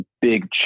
Big